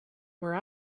where